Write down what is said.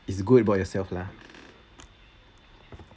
it's good about yourself lah